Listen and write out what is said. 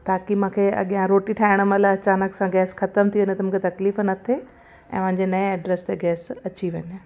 ताकी मांखे अॻियां रोटी ठाहिण महिल अचानक सां गैस ख़तमु थी वञे त मूंखे तकलीफ़ न थिए ऐं मुंहिंजे नएं एड्रेस ते गैस अची वञे